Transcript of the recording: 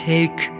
Take